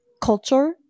culture